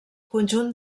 conjunt